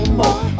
more